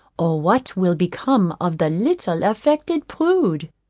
or what will become of the little affected prude?